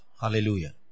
Hallelujah